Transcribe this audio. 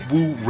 Woo